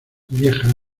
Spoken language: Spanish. viejas